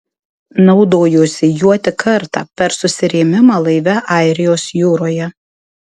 naudojosi juo tik kartą per susirėmimą laive airijos jūroje